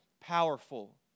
powerful